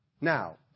Now